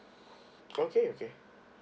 okay okay